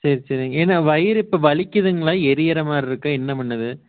சரி சரிங்க என்ன வயிறு இப்போ வலிக்குதுங்களா எரிகிற மாதிரி இருக்கா என்ன பண்ணுது